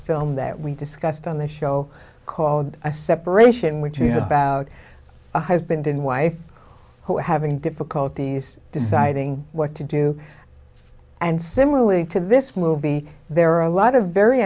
film that we discussed on the show called a separation which is about a husband and wife who are having difficulties deciding what to do and similarly to this movie there are a lot of very